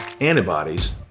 antibodies